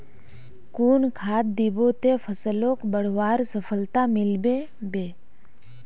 कुन खाद दिबो ते फसलोक बढ़वार सफलता मिलबे बे?